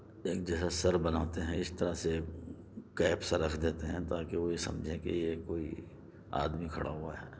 ایک جو ہے سر بناتے ہیں اِس طرح سے ایک کیپ سا رکھ دیتے ہیں تاکہ وہ یہ سمجھیں یہ کوئی آدمی کھڑا ہُوا ہے